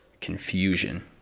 confusion